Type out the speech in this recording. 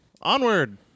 Onward